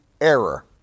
error